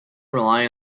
rely